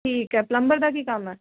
ਠੀਕ ਹੈ ਪਲੰਬਰ ਦਾ ਕੀ ਕੰਮ ਆ